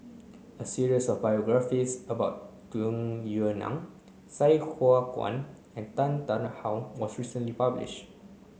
a series of biographies about Tung Yue Nang Sai Hua Kuan and Tan Tarn How was recently published